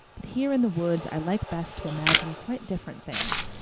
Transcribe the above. but here in the woods i like best to imagine quite different things.